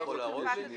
אתה יכול להראות לי?